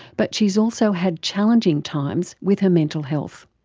but she's also had challenging times with her mental health.